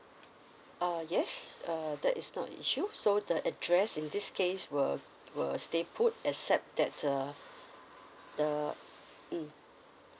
uh yes uh that is not issue so the address in this case will will stay put except that the the mm